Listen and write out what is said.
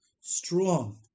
strong